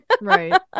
Right